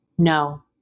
No